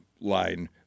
line